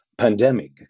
Pandemic